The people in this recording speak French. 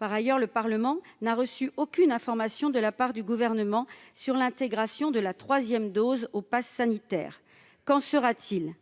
Le Parlement n'a reçu aucune information de la part du Gouvernement sur l'intégration de la troisième dose au passe sanitaire. Qu'en sera-t-il ?